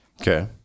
okay